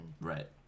Right